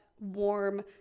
Warm